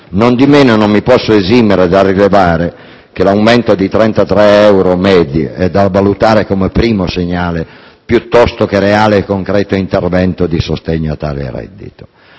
Nondimeno, non mi posso esimere dal rilevare che l'aumento medio di 33 euro è da valutare come un primo segnale, piuttosto che come un reale e concreto intervento di sostegno a tale reddito.